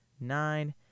nine